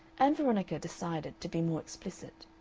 ann veronica decided to be more explicit.